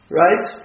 right